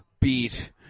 beat